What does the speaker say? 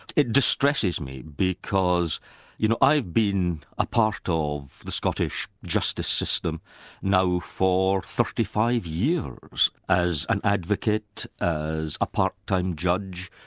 it distresses me because you know i've been a part ah of the scottish justice system now for thirty five years as an advocate, as a part-time judge,